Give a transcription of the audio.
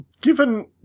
Given